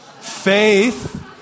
Faith